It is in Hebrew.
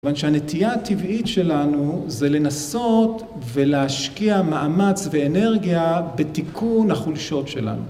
כיוון שהנטייה הטבעית שלנו זה לנסות ולהשקיע מאמץ ואנרגיה בתיקון החולשות שלנו.